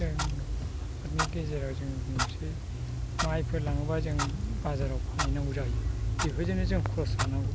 जों आफादनि गेजेराव जों बुंनोसै माइफोर लाङोबा जों बाजाराव फानहैनांगौ जायो बेफोरजोंनो जों खरस जानांगौ